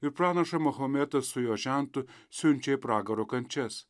ir pranašą mahometą su jo žentu siunčia į pragaro kančias